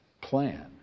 plan